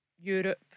Europe